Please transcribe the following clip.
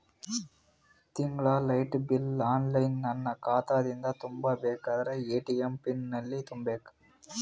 ತಿಂಗಳ light bill online ನನ್ನ ಖಾತಾ ದಿಂದ ತುಂಬಾ ಬೇಕಾದರ ಎ.ಟಿ.ಎಂ ಪಿನ್ ಎಲ್ಲಿ ತುಂಬೇಕ?